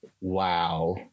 Wow